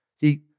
See